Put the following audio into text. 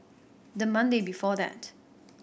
the Monday before that